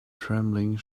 trembling